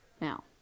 Now